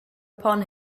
upon